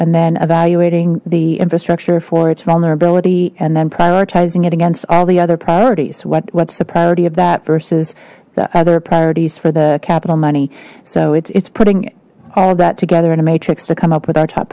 and then evaluating the infrastructure for its vulnerability and then prioritizing it against all the other priorities what's the priority of that versus the other priorities for the capital money so it's putting all of that together in a matrix to come up with our t